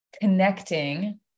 connecting